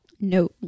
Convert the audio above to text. No